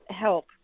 help